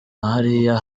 hariya